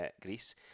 Greece